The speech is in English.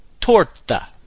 Torta